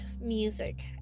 music